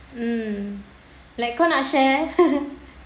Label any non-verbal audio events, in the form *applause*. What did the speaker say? um like kau nak share *laughs*